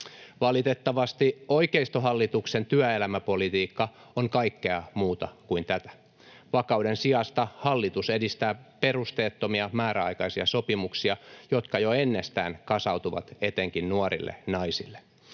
Valitettavasti oikeistohallituksen työelämäpolitiikka on kaikkea muuta kuin tätä. Vakauden sijasta hallitus edistää perusteettomia määräaikaisia sopimuksia, jotka jo ennestään kasautuvat etenkin nuorille naisille.